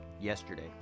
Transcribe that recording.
yesterday